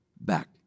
back